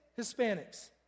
Hispanics